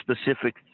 specific